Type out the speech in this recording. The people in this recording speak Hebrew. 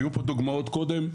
היו פה דוגמאות קודם,